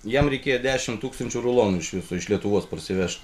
jam reikėjo dešimt tūkstančių rulonų iš viso iš lietuvos parsivežt